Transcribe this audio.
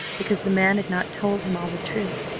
because the man had not told him all the truth,